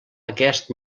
aquest